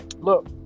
look